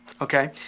Okay